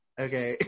okay